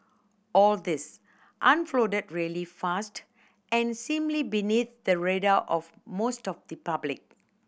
all this unfolded really fast and seemingly beneath the radar of most of the public